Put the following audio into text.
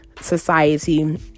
society